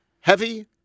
Heavy